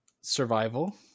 Survival